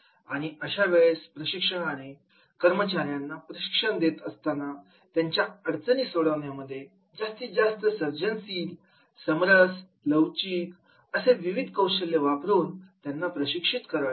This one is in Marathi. आणि अशा वेळेस प्रशिक्षकाने कर्मचाऱ्यांना प्रशिक्षण देत असताना त्यांच्या अडचणी सोडवणे मध्ये जास्तीत जास्त सर्जनशील समरस लवचिक असे विविध कौशल्य वापरून त्यांना प्रशिक्षित करावे